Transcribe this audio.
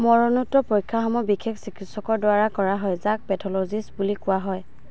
মৰণোত্তৰ পৰীক্ষাসমূহ বিশেষ চিকিৎসকৰ দ্বাৰা কৰা হয় যাক পেথ'লজিষ্ট বুলি কোৱা হয়